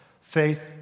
Faith